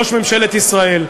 ראש ממשלת ישראל.